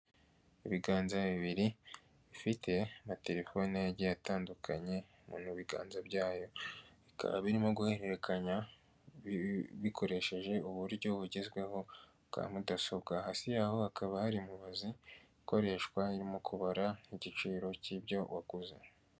Ibiganza bibiri bifite amatelefone agiye atandukanye mu biganza byayo, bikaba birimo guhererekanya bikoresheje uburyo bugezweho bwa mudasobwa, hasi yaho hakaba hari mubazi ikoreshwa irimo kubara igiciro cy'ibyo waguze.